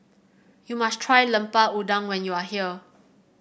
you must try Lemper Udang when you are here